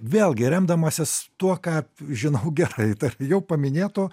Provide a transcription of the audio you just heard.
vėlgi remdamasis tuo ką žinau gerai tar jau paminėtu